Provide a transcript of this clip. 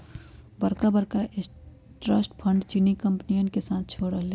बड़का बड़का trust funds चीनी कंपनियन के साथ छोड़ रहले है